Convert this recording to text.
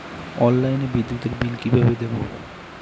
অনলাইনে বিদ্যুতের বিল কিভাবে দেব?